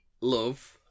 love